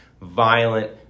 violent